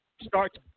start